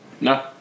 No